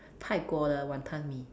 泰国的 Wanton-Mee